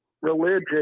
religion